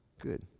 Good